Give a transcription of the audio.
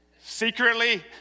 secretly